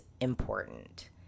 important